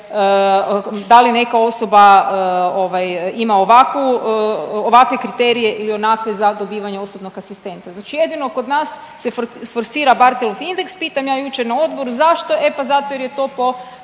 da li neka osoba ima ovakve kriterije ili onakve za dobivanje osobnog asistenta. Znači, jedino kod nas se forsira Barthelov indeks. Pitam ja jučer na odboru zašto. E, pa zato jer je to po